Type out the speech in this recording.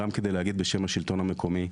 גם כדי להגיד בשם השלטון המקומי,